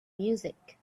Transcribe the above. music